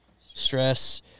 stress